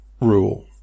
rule